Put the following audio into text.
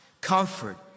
Comfort